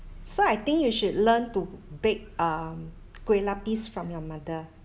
so I think you should learn to bake um kueh lapis from your mother